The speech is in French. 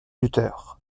luther